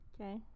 Okay